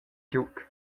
giug